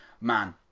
man